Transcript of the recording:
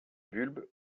bulbes